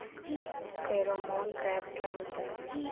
Pheromone trap क्या होता है?